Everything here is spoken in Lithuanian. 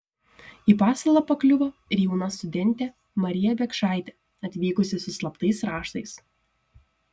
į pasalą pakliuvo ir jauna studentė marija biekšaitė atvykusi su slaptais raštais